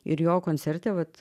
ir jo koncerte vat